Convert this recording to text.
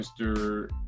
Mr